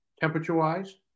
temperature-wise